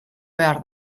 behar